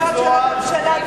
שאין מקצוע,